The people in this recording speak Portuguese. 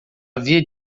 havia